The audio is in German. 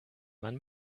mann